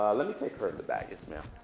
let me take her in the back. yes, ma'am.